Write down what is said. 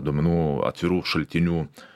duomenų atvirų šaltinių